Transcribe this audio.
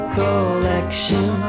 collection